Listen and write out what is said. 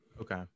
okay